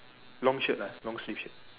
long shirt lah long sleeves shirt